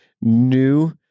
new